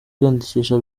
kwiyandikisha